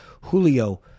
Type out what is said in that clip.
Julio